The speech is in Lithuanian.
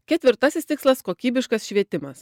ketvirtasis tikslas kokybiškas švietimas